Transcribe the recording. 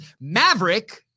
Maverick